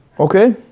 Okay